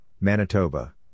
Manitoba